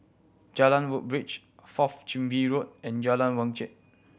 Jalan Woodbridge Fourth Chin Bee Road and Jalan Wajek